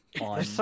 on